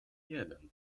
jeden